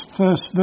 first